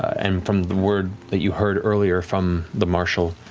and from the word that you heard earlier from the marshal,